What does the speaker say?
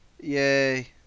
Yay